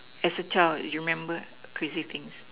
as a child you remember crazy things